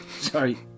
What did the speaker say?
Sorry